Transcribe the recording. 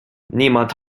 niemand